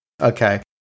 Okay